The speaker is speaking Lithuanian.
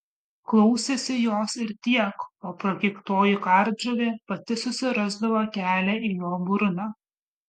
klausėsi jos ir tiek o prakeiktoji kardžuvė pati susirasdavo kelią į jo burną